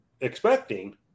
expecting